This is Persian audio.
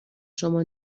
شما